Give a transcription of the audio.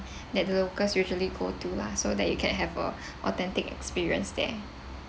that the locals usually go to lah so that you can have a authentic experience there